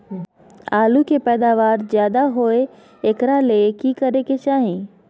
आलु के पैदावार ज्यादा होय एकरा ले की करे के चाही?